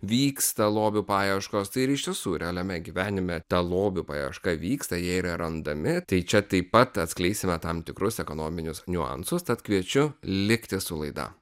vyksta lobių paieškos tai ir iš tiesų realiame gyvenime ta lobių paieška vyksta jie yra randami tai čia taip pat atskleisime tam tikrus ekonominius niuansus tad kviečiu likti su laida